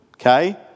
Okay